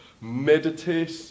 meditate